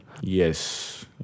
Yes